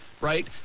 right